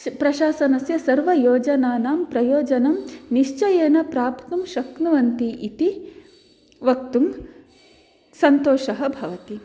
प्रशासनस्य सर्वयोजनानां प्रयोजनं निश्चयेन प्राप्तुं शक्नुवन्ति इति वक्तुं सन्तोषः भवति